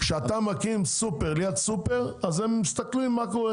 כשאתה מקים סופר ליד סופר אז הם מסתכלים מה קורה